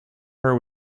her